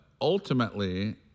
ultimately